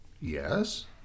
Yes